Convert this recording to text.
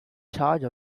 charge